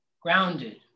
Grounded